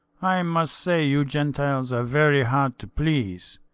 i must say you gentiles are very hard to please.